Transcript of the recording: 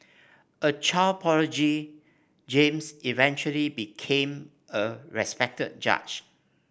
a child prodigy James eventually became a respected judge